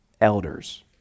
elders